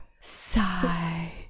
sigh